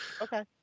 Okay